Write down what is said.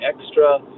extra